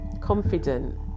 confident